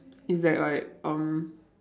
is that like um